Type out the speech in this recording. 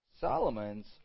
Solomon's